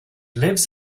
lives